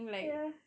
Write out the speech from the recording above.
ya